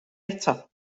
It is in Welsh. eto